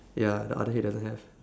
ya the other hay doesn't have